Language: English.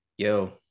yo